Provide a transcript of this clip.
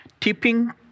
Tipping